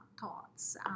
thoughts